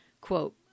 Quote